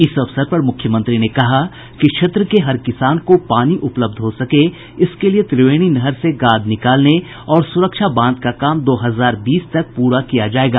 इस अवसर पर मुख्यमंत्री ने कहा कि क्षेत्र के हर किसान को पानी उपलब्ध हो इसके लिए त्रिवेणी नहर से गाद निकालने और सुरक्षा बांध का काम दो हजार बीस तक पूरा किया जायेगा